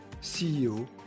CEO